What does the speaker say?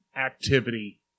activity